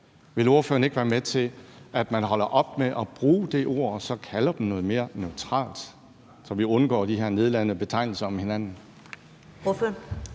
Vil ordføreren ikke være med til, at man holder op med at bruge det ord og kalder dem noget mere neutralt, så vi undgår de her nedladende betegnelser om hinanden?